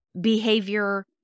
behavior